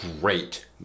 great